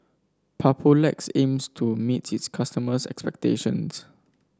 Papulex aims to meet its customers' expectations